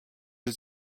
has